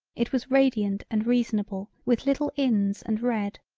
it was radiant and reasonable with little ins and red.